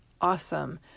awesome